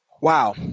Wow